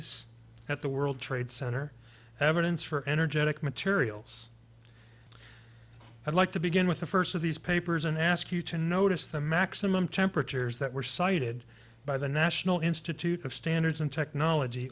anomalies at the world trade center evidence for energetic materials i'd like to begin with the first of these papers and ask you to notice the maximum temperatures that were cited by the national institute of standards and technology